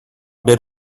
did